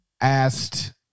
asked